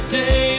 day